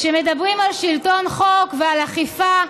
כשמדברים על שלטון חוק ועל אכיפה,